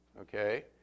Okay